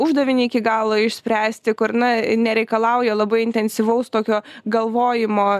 uždavinį iki galo išspręsti kur na nereikalauja labai intensyvaus tokio galvojimo